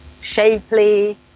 shapely